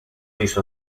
these